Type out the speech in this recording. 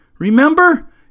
Remember